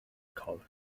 corff